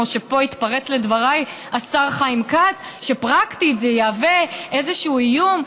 כמו שפה התפרץ לדבריי השר חיים כץ, שפרקטית זה יהווה איזשהו איום,